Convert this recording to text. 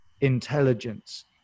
intelligence